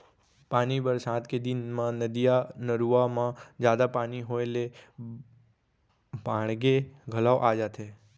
पानी बरसात के दिन म नदिया, नरूवा म जादा पानी होए ले बाड़गे घलौ आ जाथे